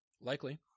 Likely